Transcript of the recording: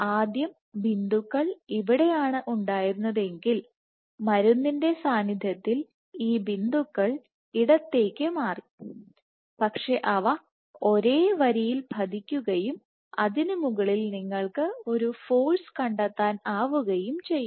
ആദ്യം ബിന്ദുക്കൾ ഇവിടെയാണ് ഉണ്ടായിരുന്നെങ്കിൽ മരുന്നിന്റെ സാന്നിധ്യത്തിൽ ഈ ബിന്ദുക്കൾ ഇടത്തേക്ക് മാറി പക്ഷേ അവ ഒരേ വരിയിൽ പതിക്കുകയും അതിന് മുകളിൽ നിങ്ങൾക്ക് ഒരു ഫോഴ്സ് കണ്ടെത്താൻ ആവുകയും ചെയ്യും